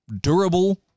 durable